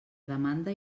demanda